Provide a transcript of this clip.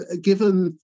given